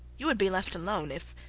you would be left alone if.